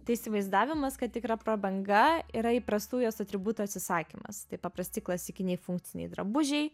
tai įsivaizdavimas kad tikra prabanga yra įprastų jos atributų atsisakymas tai paprasti klasikiniai funkciniai drabužiai